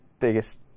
biggest